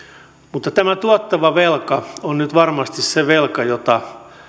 mutta tämä tuottava velka on nyt varmasti se velka